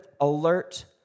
alert